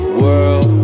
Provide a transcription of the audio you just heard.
world